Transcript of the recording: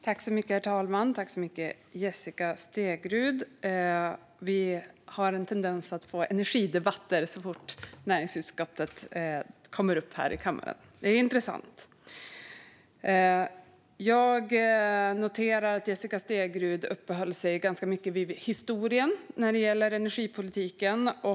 Herr talman! Vi har en tendens att få energidebatter så fort näringsutskottets ärenden kommer upp här i kammaren. Det är intressant! Jag noterar att Jessica Stegrud uppehöll sig ganska mycket vid historien när det gäller energipolitiken.